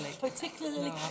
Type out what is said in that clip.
particularly